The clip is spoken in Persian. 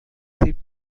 سیب